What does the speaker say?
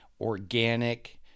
organic